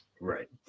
Right